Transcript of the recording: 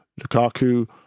Lukaku